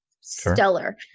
stellar